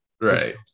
Right